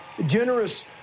generous